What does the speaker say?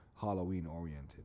Halloween-oriented